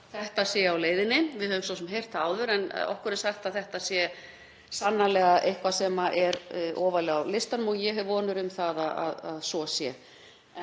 þetta sé á leiðinni. Við höfum svo sem heyrt það áður en okkur er sagt að þetta sé sannarlega eitthvað sem er ofarlega á listanum og ég hef vonir um að svo sé.